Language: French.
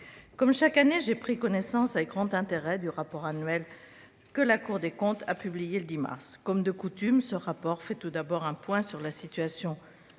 comme chaque année, j'ai pris connaissance avec grand intérêt du rapport annuel que la Cour a publié le 10 mars dernier. Comme de coutume, ce rapport fait tout d'abord un point sur la situation